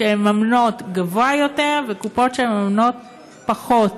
שמממנות גבוה יותר וקופות שמממנות פחות.